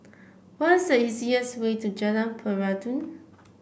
what is the easiest way to Jalan Peradun